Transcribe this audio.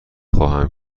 خواهم